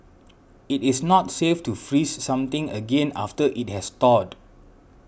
it is not safe to freeze something again after it has thawed